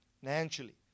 financially